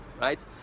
right